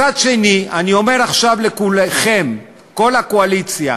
מצד שני, אני אומר עכשיו לכולכם, כל הקואליציה: